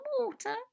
water